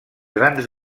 grans